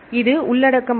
இது உள்ளடக்கம் ஆகும்